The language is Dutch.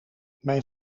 mijn